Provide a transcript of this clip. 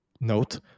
note